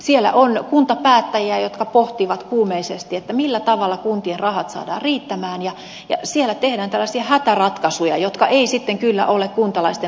siellä on kuntapäättäjiä jotka pohtivat kuumeisesti millä tavalla kuntien rahat saadaan riittämään ja siellä tehdään tällaisia hätäratkaisuja jotka eivät sitten kyllä ole kuntalaisten parhaaksi